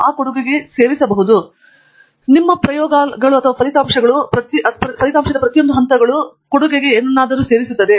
ಆದರೆ ದಿನನಿತ್ಯದ ಆಧಾರದ ಮೇಲೆ ನಿಮ್ಮ ಪ್ರಯೋಗಗಳು ಅಥವಾ ನಿಮ್ಮ ಫಲಿತಾಂಶಗಳು ಹೆಚ್ಚಿನ ಹಂತಗಳಾಗಿರುತ್ತವೆ ಪ್ರತಿಯೊಂದು ಹಂತವೂ ಏನನ್ನಾದರೂ ಸೇರಿಸುತ್ತದೆ